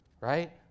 Right